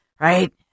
right